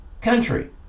country